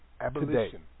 Abolition